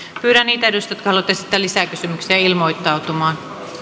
pyydän niitä edustajia jotka haluavat esittää lisäkysymyksiä ilmoittautumaan